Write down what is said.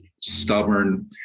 stubborn